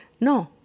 No